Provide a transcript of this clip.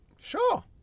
Sure